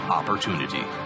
opportunity